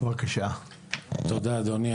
תודה אדוני,